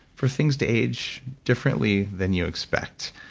for things to age differently than you expect.